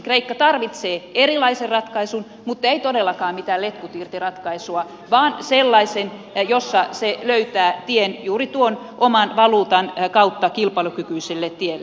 kreikka tarvitsee erilaisen ratkaisun mutta ei todellakaan mitään letkut irti ratkaisua vaan sellaisen jossa se löytää tien juuri tuon oman valuutan kautta kilpailukykyiselle tielle